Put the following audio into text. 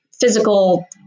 physical